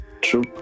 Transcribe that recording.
True